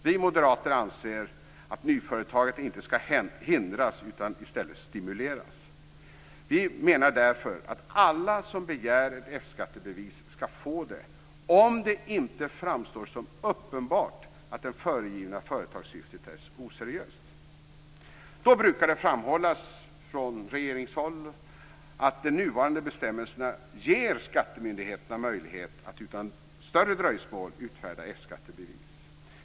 Vi moderater anser att nyföretagandet inte skall hindras utan i stället stimuleras. Vi menar därför att alla som begär ett F skattebevis skall få det, om det inte framstår som uppenbart att det föregivna företagssyftet är oseriöst. Då brukar det framhållas från regeringshåll att de nuvarande bestämmelserna ger skattemyndigheterna möjlighet att utan större dröjsmål utfärda F skattebevis.